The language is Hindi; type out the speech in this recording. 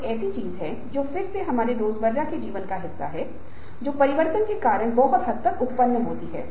एक विशिष्ट महत्वपूर्ण और कठिन अप्राप्य लक्ष्य जब स्वीकार किया जाता है तो एक सामान्य महत्वहीन और आसान लक्ष्य की तुलना में उच्च प्रदर्शन होता है